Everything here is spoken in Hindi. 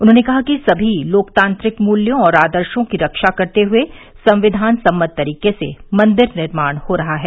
उन्होंने कहा कि सभी लोकतांत्रिक मूल्यों और आदर्शों की रक्षा करते हए संविधान सम्मत तरीके से मंदिर निर्माण हो रहा है